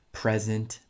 present